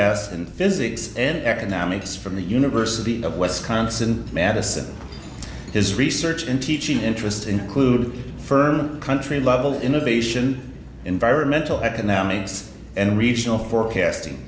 s and physics and economics from the university of west concent madison is research in teaching interests include firm country level innovation environmental economics and regional forecasting